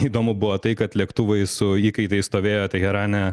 įdomu buvo tai kad lėktuvai su įkaitais stovėjo teherane